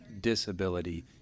disability